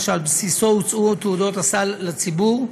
ועל בסיסו הוצעו תעודות הסל לציבור.